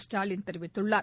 ஸ்டாலின் தெரிவித்துள்ளார்